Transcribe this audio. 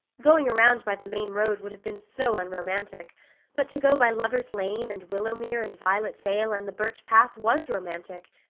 going around by the main road would have been so unromantic but to go by lover's lane and willowmere and violet vale and the birch path was romantic,